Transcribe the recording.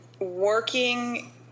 working